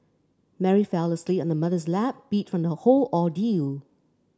Mary fell asleep on her mother's lap beat from the whole ordeal